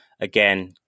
Again